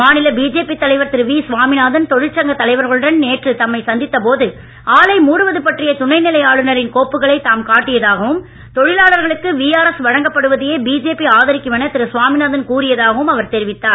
மாநில பிஜேபி தலைவர் திரு வி சாமிநாதன் தொழிற்சங்கத் தலைவர்களுடன் நேற்று தம்மை சந்தித்த போது ஆலை மூடுவது பற்றிய துணை நிலை ஆளுநரின் கோப்புக்களை தாம் காட்டியதாகவும் தொழிலாளர்களுக்கு விஆர்எஸ் வழங்கப்படுவதையே பிஜேபி ஆதரிக்கும் என திரு சுவாமிநாதன் கூறியதாகவும் அவர் தெரிவித்தார்